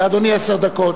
לאדוני עשר דקות.